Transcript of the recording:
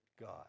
God